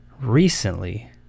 recently